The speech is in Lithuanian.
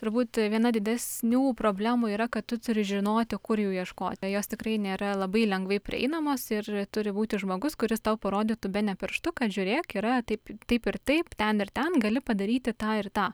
turbūt viena didesnių problemų yra kad tu turi žinoti kur jų ieškoti jos tikrai nėra labai lengvai prieinamos ir turi būti žmogus kuris tau parodytų bene pirštu kad žiūrėk yra taip taip ir taip ten ir ten gali padaryti tą ir tą